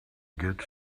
get